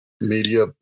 media